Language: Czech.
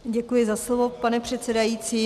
Děkuji za slovo, pane předsedající.